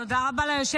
תודה רבה ליושב-ראש.